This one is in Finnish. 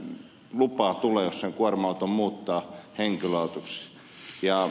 ei sitä lupaa tule jos sen kuorma auton muuttaa henkilöautoksi